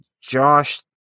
Josh